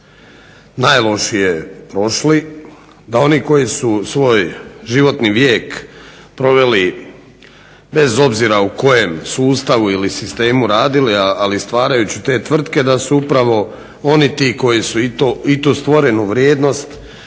najlošije prošli, da oni koji su svoj životni vijek proveli bez obzira u kojem sustavu ili sistemu radili ali i stvarajući te tvrtke da su upravo oni ti koji su i tu stvorenu vrijednost